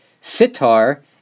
sitar